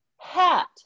hat